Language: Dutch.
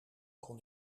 kon